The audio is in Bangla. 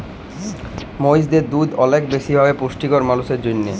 মহিষের দুহুদ অলেক বেশি ভাবে পুষ্টিকর মালুসের জ্যনহে